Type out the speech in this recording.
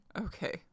Okay